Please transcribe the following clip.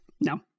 No